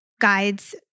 guides